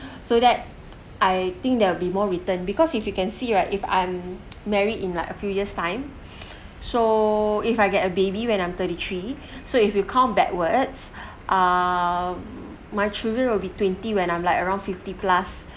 so that I think that will be more return because if you can see right if I'm married in like a few years time so if I get a baby when I'm thirty three so if you count backwards um my children will be twenty when I'm like around fifty plus